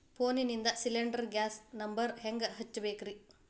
ಫೋನಿಂದ cylinder gas number ಹೆಂಗ್ ಹಚ್ಚ ಬೇಕ್ರಿ?